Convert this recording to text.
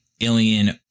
alien